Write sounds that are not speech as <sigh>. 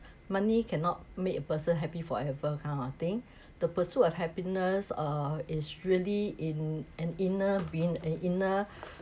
cannot make a person happy forever kind of thing the pursuit of happiness err is really in an inner being an inner <breath>